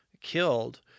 killed